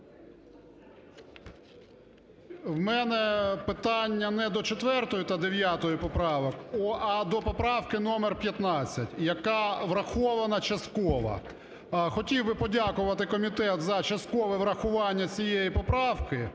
В мене питання не до 4 та 9 поправок, а до поправки номер 15, яка врахована частково. Хотів би подякувати комітету за часткове врахування цієї поправки,